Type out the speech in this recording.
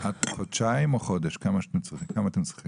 חודשיים או חודש, כמה אתם צריכים?